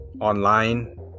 online